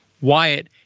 Wyatt